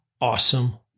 awesome